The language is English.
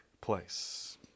place